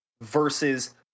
versus